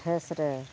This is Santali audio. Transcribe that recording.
ᱴᱷᱮᱥ ᱨᱮ